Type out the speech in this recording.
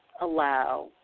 allow